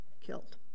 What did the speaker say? killed